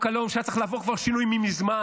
חוק הלאום, שהיה צריך לעבור שינוי כבר מזמן,